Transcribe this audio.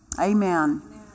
Amen